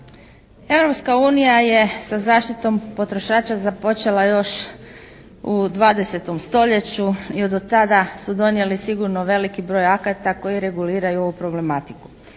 je sa zaštitom potrošača započela još u 20. stoljeću i do tada su donijeli sigurno veliki broj akata koji reguliraju ovu problematiku,